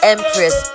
Empress